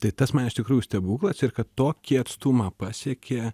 tai tas man iš tikrųjų stebuklas ir kad tokį atstumą pasiekė